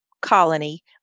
colony